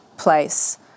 place